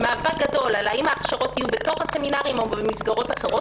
מאבק גדול האם ההכשרות יהיו בתוך הסמינרים או במסגרות אחרות,